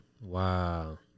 Wow